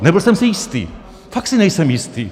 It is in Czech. Nebyl jsem si jistý, fakt si nejsem jistý.